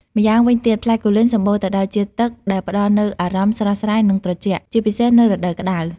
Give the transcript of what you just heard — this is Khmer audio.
ម្យ៉ាងវិញទៀត ផ្លែគូលែនសម្បូរទៅដោយជាតិទឹក ដែលផ្ដល់នូវអារម្មណ៍ ស្រស់ស្រាយ និងត្រជាក់ ជាពិសេសនៅរដូវក្ដៅ។